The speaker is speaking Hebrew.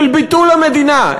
של ביטול המדינה.